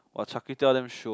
!wah! Char-Kway-Teow damn shiok